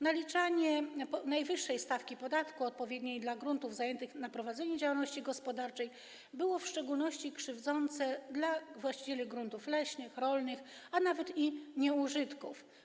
Naliczanie najwyższej stawki podatku odpowiedniej dla gruntów zajętych na prowadzenie działalności gospodarczej było w szczególności krzywdzące dla właścicieli gruntów leśnych, rolnych, a nawet nieużytków.